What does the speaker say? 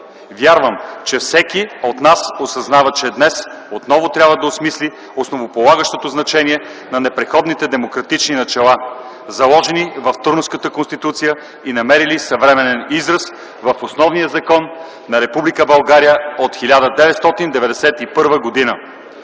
Вярвам, че всеки от нас осъзнава, че днес отново трябва да осмисли основополагащото значение на непреходните демократични начала, заложени в Търновската конституция и намерили съвременен израз в основния закон на Република